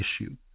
issue